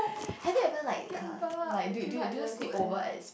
have you ever like (err)0 like do do you sleep over at